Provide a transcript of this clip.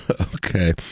okay